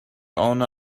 owner